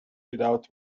without